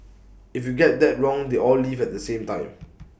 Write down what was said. if you get that wrong they all leave at the same time